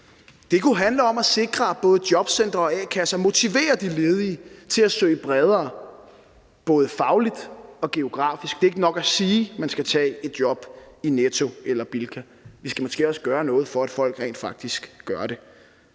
Det kunne handle om at sikre, at både jobcentre og a-kasser motiverer de ledige til at søge bredere både fagligt og geografisk. Det er ikke nok at sige, man skal tage et job i Netto eller Bilka; vi skal måske også gøre noget for, at folk rent faktisk gør det.